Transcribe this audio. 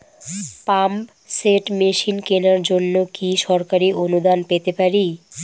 Pump set machine কেনার জন্য কি সরকারি অনুদান পেতে পারি?